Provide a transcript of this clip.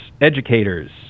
educators